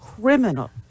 criminal